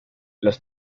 los